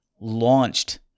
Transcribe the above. launched